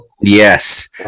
yes